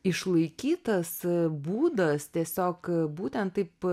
išlaikytas būdas tiesiog būtent taip